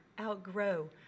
outgrow